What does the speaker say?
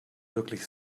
wirklich